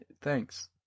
thanks